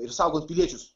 ir saugot piliečius